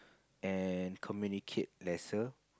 and communicate lesser